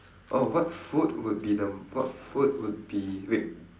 oh what food would be the um what food would be wait